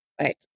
right